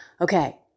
Okay